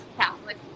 Catholic